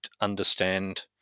understand